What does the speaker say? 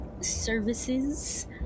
services